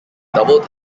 double